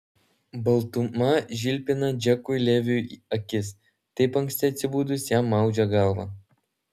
baltuma žilpina džekui leviui akis taip anksti atsibudus jam maudžia galvą